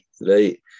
right